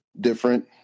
different